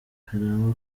karangwa